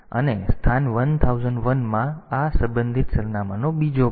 તેથી આ op code ભાગ છે અને સ્થાન 1001 માં આ સંબંધિત સરનામાંનો બીજો ભાગ હશે